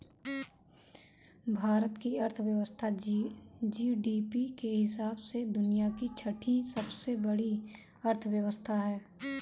भारत की अर्थव्यवस्था जी.डी.पी के हिसाब से दुनिया की छठी सबसे बड़ी अर्थव्यवस्था है